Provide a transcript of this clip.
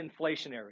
inflationary